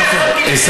לא יכולתי,